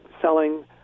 selling